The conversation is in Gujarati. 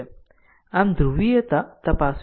આમ માત્ર ધ્રુવીયતા તપાસવી પડશે